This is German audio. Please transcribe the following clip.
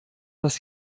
das